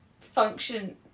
function